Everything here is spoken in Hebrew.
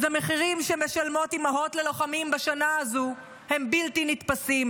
אז המחירים שמשלמות אימהות ללוחמים בשנה הזו הם בלתי נתפסים,